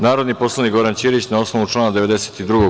Narodni poslanik Goran Ćirić, na osnovu člana 92.